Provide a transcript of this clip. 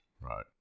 Right